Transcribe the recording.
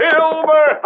Silver